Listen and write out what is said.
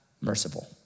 merciful